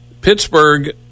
Pittsburgh